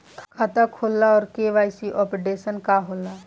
खाता खोलना और के.वाइ.सी अपडेशन का होला?